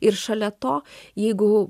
ir šalia to jeigu